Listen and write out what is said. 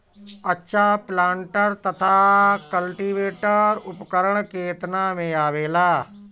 अच्छा प्लांटर तथा क्लटीवेटर उपकरण केतना में आवेला?